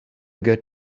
good